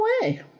away